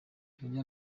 ndongera